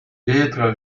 petra